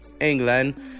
England